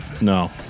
No